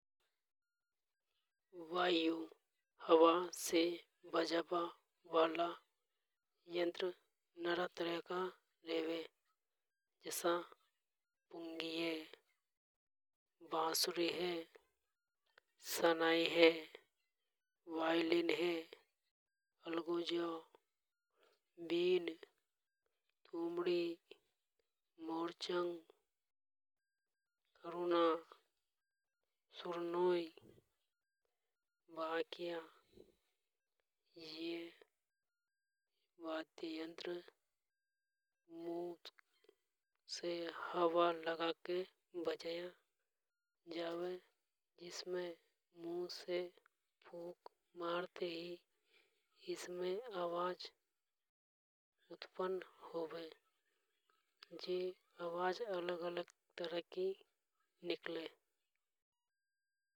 वायु हवा से बजाबा वाला नरा तरह का यंत्र रेवे जसा पुंगी है बसुरी है सनाई हे वायलिन है। अलगोजा बिन तुमड़ी मोरचंग करोना सुरनोई बाक्या ये वाद्ययंत्र मुंह से हवा लगाकर बजाया जावे एमे मुंह से फूक मारते हे जिससे आवाज उत्पन्न होवे जे आवाज अलग-अलग तरह की निकले।